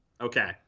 Okay